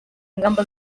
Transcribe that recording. ingamba